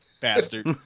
Bastard